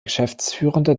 geschäftsführender